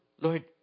Lord